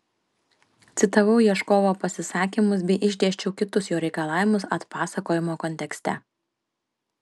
citavau ieškovo pasisakymus bei išdėsčiau kitus jo reikalavimus atpasakojimo kontekste